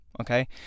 okay